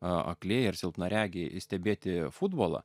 aklieji ir silpnaregiai stebėti futbolą